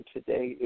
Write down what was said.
Today